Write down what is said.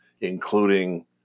including